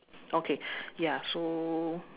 okay ya so